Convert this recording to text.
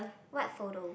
what photo